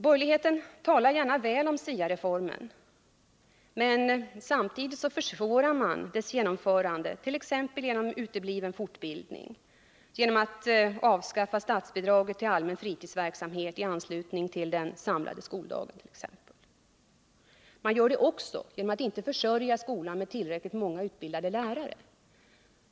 Borgerligheten talar gärna väl om SIA-reformen, men samtidigt försvårar man dess genomförande, t.ex. genom att låta fortbildningen av skolpersonalen utebli, genom att avskaffa statsbidraget till allmän fritidsverksamhet i anslutning till den samlade skoldagen och genom att inte försörja skolan med tillräckligt många utbildade lärare.